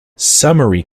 summary